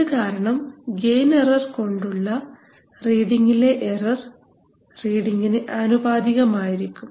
ഇതുകാരണം gain error കൊണ്ടുള്ള റീഡിങ്ലെ error റീഡിംഗിന് ആനുപാതികമായിരിക്കും